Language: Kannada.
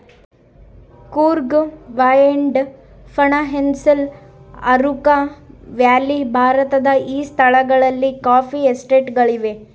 ಕೂರ್ಗ್ ವಾಯ್ನಾಡ್ ಪಳನಿಹಿಲ್ಲ್ಸ್ ಅರಕು ವ್ಯಾಲಿ ಭಾರತದ ಈ ಸ್ಥಳಗಳಲ್ಲಿ ಕಾಫಿ ಎಸ್ಟೇಟ್ ಗಳಿವೆ